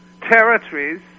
territories